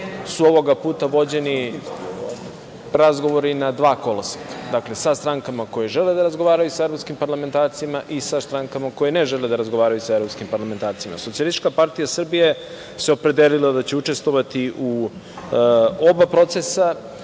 su ovoga puta vođeni razgovori na dva koloseka. Dakle, sa strankama koje žele da razgovaraju sa evropskim parlamentarcima i sa strankama koje ne žele da razgovaraju sa evropskim parlamentarcima. Socijalistička partija Srbije se opredelila da će učestvovati u oba procesa,